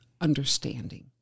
understanding